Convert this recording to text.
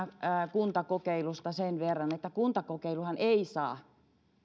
kuntakokeiluista sen verran että kuntakokeiluhan ei saa